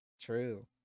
True